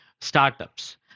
startups